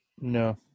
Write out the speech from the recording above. No